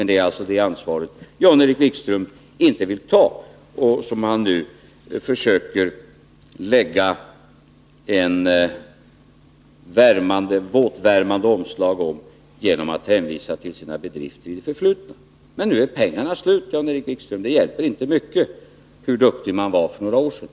Det är alltså det ansvaret som Jan-Erik Wikström inte vill ta och som han nu försöker lägga ett våtvärmande omslag om genom att hänvisa till sina bedrifter i det förflutna. Men nu är pengarna slut, Jan-Erik Wikström. Det hjälper inte mycket hur duktig man var för några år sedan.